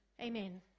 Amen